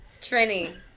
trini